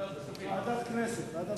ועדת הכנסת.